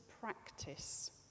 practice